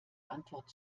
antwort